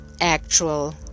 actual